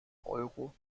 euro